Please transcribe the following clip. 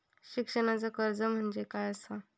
शिक्षणाचा कर्ज म्हणजे काय असा?